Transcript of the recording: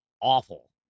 awful